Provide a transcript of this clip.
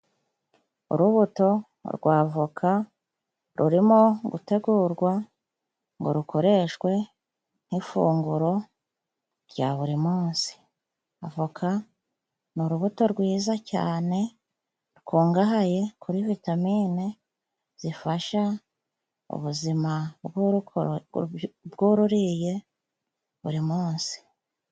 Urubuto rwa avoka rurimo gutegurwa ngo rukoreshwe nk'ifunguro rya buri munsi, avoka ni urubuto rwiza cyane rukungahaye, kuri vitamine zifasha ubuzima bw'ururiye buri munsi.